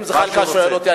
אם זחאלקה שואל אותי,